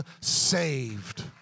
saved